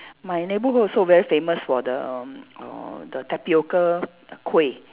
my neighbourhood also very famous for the um uh the tapioca kueh